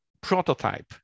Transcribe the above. prototype